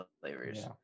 flavors